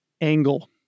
angle